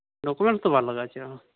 documents ᱫᱚ ᱵᱟᱝ ᱞᱟᱜᱟᱜᱼᱟ ᱪᱮᱫ ᱦᱚᱸ